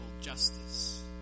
justice